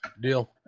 deal